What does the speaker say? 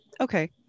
Okay